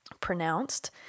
pronounced